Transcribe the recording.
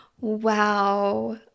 Wow